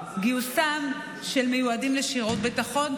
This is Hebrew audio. גיוסם של המיועדים לשירות ביטחון,